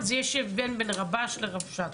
יש הבדל בין רב"ש לרבש"ץ.